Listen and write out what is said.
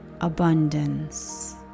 abundance